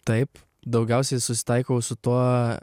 taip daugiausiai susitaikau su tuo